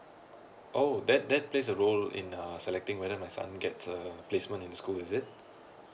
oh that that plays a role in uh selecting whether my son gets uh placement in the school is it